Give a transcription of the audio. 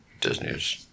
Disney's